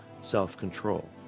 self-control